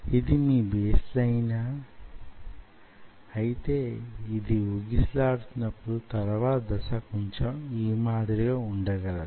ఇది మీ బేస్ లైనా అయితే ఇది వూగిసలాడు తున్నప్పుడు తరువాతి దశ కొంచెం ఈ మాదిరిగా ఉండగలదు